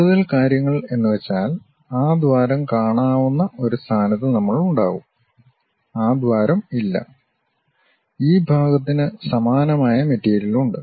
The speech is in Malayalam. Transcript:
കൂടുതൽ കാര്യങ്ങൾ എന്നുവെച്ചാൽ ആ ദ്വാരം കാണാവുന്ന ഒരു സ്ഥാനത്ത് നമ്മൾ ഉണ്ടാകും ആ ദ്വാരം ഇല്ല ഈ ഭാഗത്തിന് സമാനമായ മെറ്റീരിയൽ ഉണ്ട്